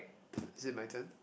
is it my turn